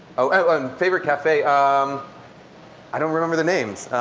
oh and favorite cafe, um i don't remember the names.